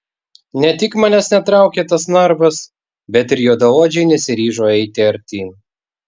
ne tik manęs netraukė tas narvas bet ir juodaodžiai nesiryžo eiti artyn